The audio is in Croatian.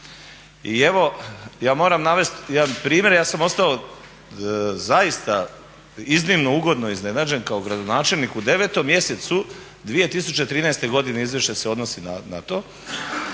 i evo ja moram navest jedan primjer. Ja sam ostao zaista iznimno ugodno iznenađen kao gradonačelnik u 9. mjesecu 2013. godine, izvješće se odnosi na to,